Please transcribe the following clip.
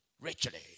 Richly